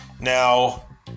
Now